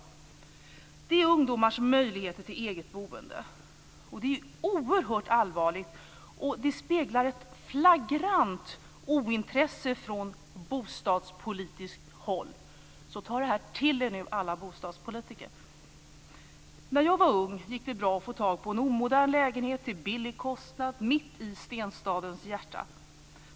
Det handlar om ungdomars möjligheter till eget boende. Det är oerhört allvarligt, och det speglar ett flagrant ointresse från bostadspolitiskt håll. Ta därför till er det här, alla bostadspolitiker! När jag var ung gick det bra att få tag i en omodern lägenhet till en låg kostnad mitt i stenstadens hjärta.